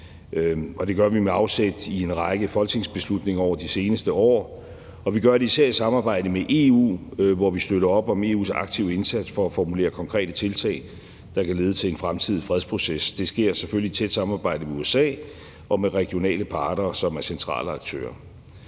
Det gør vi med afsæt i en række folketingsbeslutninger over de seneste år, og vi gør det især i samarbejde med EU, hvor vi støtter op om EU's aktive indsats for at formulere konkrete tiltag, der kan lede til en fremtidig fredsproces. Det sker selvfølgelig i et tæt samarbejde med USA og med regionale parter, som er centrale aktører.